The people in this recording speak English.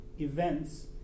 events